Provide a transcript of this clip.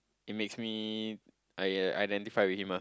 it makes me I guess identify with him ah